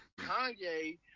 Kanye